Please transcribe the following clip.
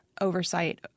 oversight